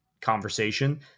conversation